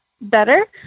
better